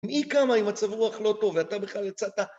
מי קמה אם מצב רוח לא טוב, ואתה בכלל יצאת?